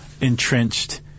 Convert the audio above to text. entrenched